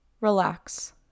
relax